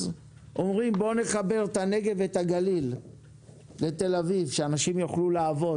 אומרים בואו נחבר את הנגב ואת הגליל לתל אביב כדי שאנשים יוכלו לעבוד.